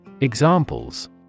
Examples